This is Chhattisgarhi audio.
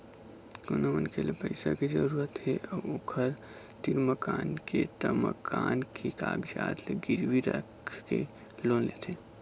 कोनो मनखे ल पइसा के जरूरत हे अउ ओखर तीर मकान के त मकान के कागजात ल गिरवी राखके लोन लेथे